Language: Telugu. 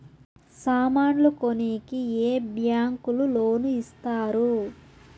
సామాన్లు కొనేకి ఏ బ్యాంకులు లోను ఇస్తారు?